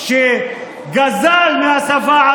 שב, בבקשה.